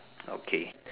okay